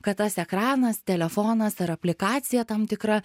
kad tas ekranas telefonas ar aplikacija tam tikra